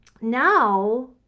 Now